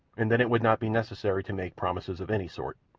and then it would not be necessary to make promises of any sort.